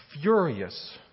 furious